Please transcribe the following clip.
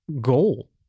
goal